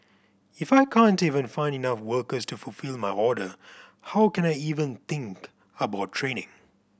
if I can't even find enough workers to fulfil my order how can I even think about training